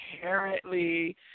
inherently